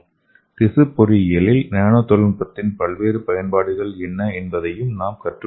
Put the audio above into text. திசு பொறியியலில் நானோ தொழில்நுட்பத்தின் பல்வேறு பயன்பாடுகள் என்ன என்பதையும் நாம் கற்றுக்கொண்டோம்